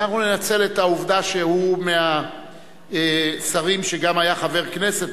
אז אנחנו ננצל את העובדה שהוא מהשרים שגם היו חברי כנסת,